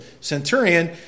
centurion